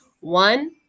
One